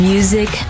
Music